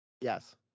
Yes